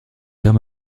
homme